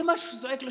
זה משהו שזועק לשמיים.